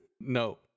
No